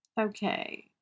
okay